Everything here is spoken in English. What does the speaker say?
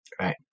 Right